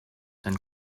and